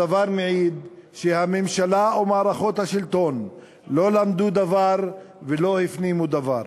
הדבר מעיד שהממשלה ומערכות השלטון לא למדו דבר ולא הפנימו דבר.